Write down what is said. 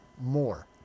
more